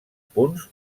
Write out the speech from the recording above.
punts